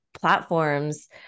platforms